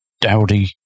dowdy